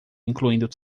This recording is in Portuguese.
incluindo